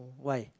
why